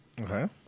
Okay